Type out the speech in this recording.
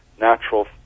natural